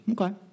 Okay